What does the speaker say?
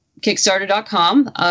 Kickstarter.com